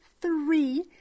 three